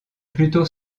plutôt